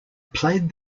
played